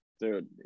Dude